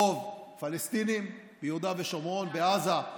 הרוב פלסטינים ביהודה ושומרון, בעזה,